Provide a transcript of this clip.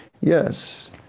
yes